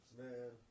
man